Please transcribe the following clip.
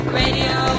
radio